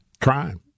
crime